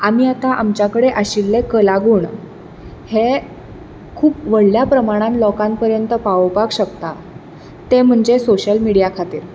आमी आतां आमच्या कडेन आशिल्ल्या कला गूण हे खूब व्हडल्या प्रमाणान लोकां कडेन पावोपाक शकता तें म्हणजे सोशल मिडीया खातीर